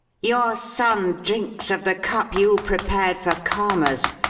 your son drinks of the cup you prepared for karma's.